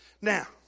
Now